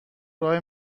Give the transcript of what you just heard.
راه